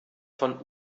von